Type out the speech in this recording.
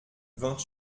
vingt